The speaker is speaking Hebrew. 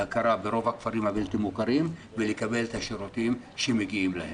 להכרה ברוב הכפרים הבלתי מוכרים ולקבל את השירותים שמגיעים להם.